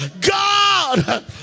God